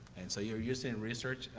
and so you're using research,